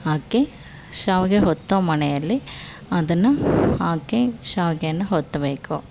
ಹಾಕಿ ಶಾವಿಗೆ ಒತ್ತೊ ಮಣೆಯಲ್ಲಿ ಅದನ್ನು ಹಾಕಿ ಶಾವ್ಗೇ ಒತ್ಬೇಕು